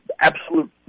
absolute